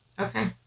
Okay